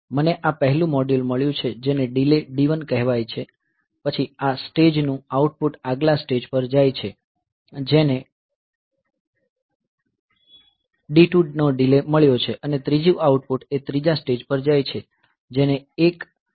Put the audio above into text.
મને આ પહેલું મોડ્યુલ મળ્યું છે જેને ડીલે D1 કહેવાય છે પછી આ સ્ટેજ નું આઉટપુટ આગલા સ્ટેજ પર જાય છે જેને D2 નો ડીલે મળ્યો છે અને ત્રીજું આઉટપુટ એ ત્રીજા સ્ટેજ પર જાય છે જેને એક મળ્યું છે